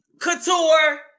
Couture